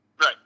Right